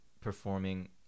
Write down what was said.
performing